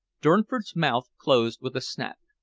durnford's mouth closed with a snap.